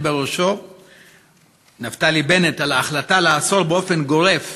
בראשו נפתלי בנט על ההחלטה לאסור באופן גורף